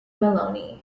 maloney